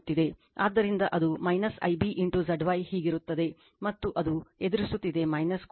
ಆದ್ದರಿಂದ ಅದು Ib Zy ಹೀಗಿರುತ್ತದೆ ಮತ್ತು ಅದು ಎದುರಿಸುತ್ತಿದೆ ಕೋಷ್ಟಕ ಮೊದಲು ಆದ್ದರಿಂದ ab 0